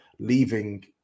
leaving